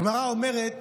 הגמרא אומרת: